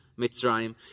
Mitzrayim